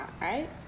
right